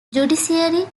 judiciary